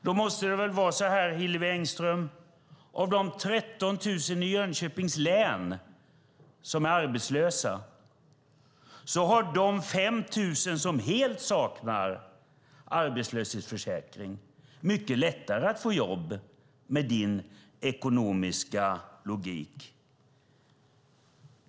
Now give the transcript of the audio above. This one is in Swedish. Då måste det väl vara så, Hillevi Engström, att av de 13 000 arbetslösa i Jönköpings län har de 5 000 som helt saknar arbetslöshetsförsäkring med din ekonomiska logik mycket lättare att få jobb.